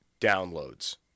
downloads